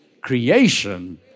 creation